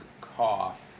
cough